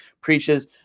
preaches